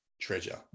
treasure